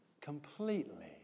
completely